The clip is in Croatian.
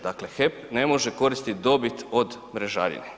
Dakle, HEP ne može koristit dobit od mrežarine.